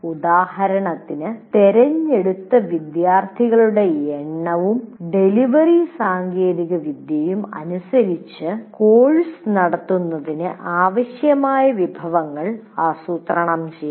ഉദാഹരണത്തിന് തിരഞ്ഞെടുത്ത വിദ്യാർത്ഥികളുടെ എണ്ണവും ഡെലിവറി സാങ്കേതികവിദ്യയും അനുസരിച്ച് കോഴ്സ് നടത്തുന്നതിന് ആവശ്യമായ വിഭവങ്ങൾ ആസൂത്രണം ചെയ്യണം